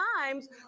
times